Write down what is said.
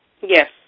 Yes